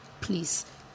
please